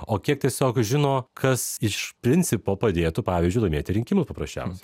o kiek tiesiog žino kas iš principo padėtų pavyzdžiui laimėti rinkimus paprasčiausiai